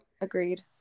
Agreed